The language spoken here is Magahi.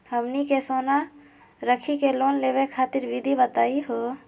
हमनी के सोना रखी के लोन लेवे खातीर विधि बताही हो?